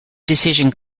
decision